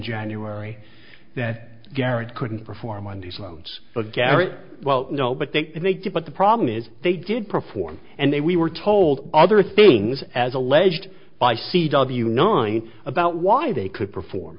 january that garrett couldn't perform on these loans but garrett well no but they they did but the problem is they did perform and they we were told other things as alleged by c w nine about why they could perform